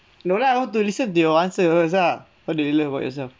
no lah I want to listen to your answers ah what do you love about yourself